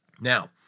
Now